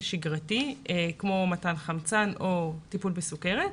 שגרתי כמו: מתן חמצן או טיפול בסוכרת,